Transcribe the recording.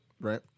Right